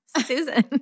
Susan